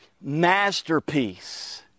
masterpiece